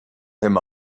him